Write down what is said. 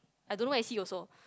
I don't know where is he also